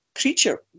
creature